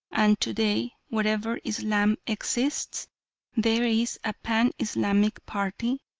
and to-day wherever islam exists there is a pan-islamic party,